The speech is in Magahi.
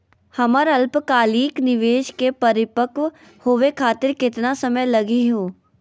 हमर अल्पकालिक निवेस क परिपक्व होवे खातिर केतना समय लगही हो?